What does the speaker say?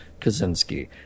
Kaczynski